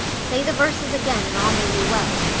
say the verses again, and all may be well.